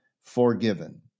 forgiven